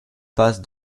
passes